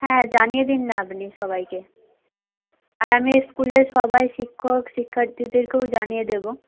হ্যাঁ জানিয়ে দিন না আপনি সবাইকে আর আমি স্কুলের সবাই শিক্ষক শিক্ষার্থীদেরকেও জানিয়ে দেবো